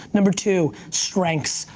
number two, strengths.